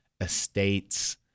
estates